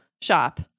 shop